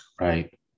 right